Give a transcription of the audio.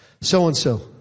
so-and-so